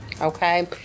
okay